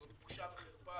זאת בושה וחרפה.